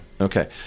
Okay